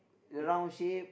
the round shape